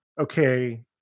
okay